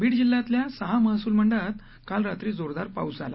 बीड जिल्ह्यातल्या सहा महसूल मंडळात काल रात्री जोरदार पाऊस झाला